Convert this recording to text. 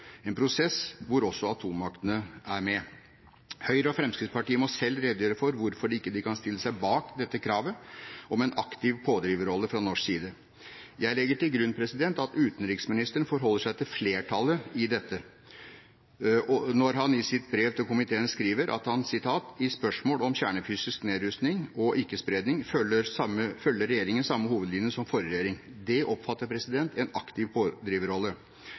en prosess hvor også atommaktene er med. Høyre og Fremskrittspartiet må selv redegjøre for hvorfor de ikke kan stille seg bak dette kravet om en aktiv pådriverrolle fra norsk side. Jeg legger til grunn at utenriksministeren forholder seg til flertallet i dette når han i sitt brev til komiteen skriver: «I spørsmål om kjernefysisk nedrustning og ikke-spredning følger Regjeringen samme hovedlinje som forrige regjering.» Det omfatter en aktiv pådriverrolle.